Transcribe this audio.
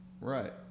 right